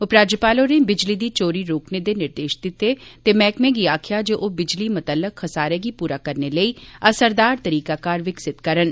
उपराज्यपाल होरें बिजली दी चोरी रोकने दे निर्देश दित्ते ते मैहकमे गी आखेआ जे ओह बिजली मतल्लक खसारे गी पूरा करने लेई असरदार तरीकाकार विकसित करन